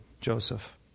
Joseph